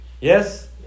Yes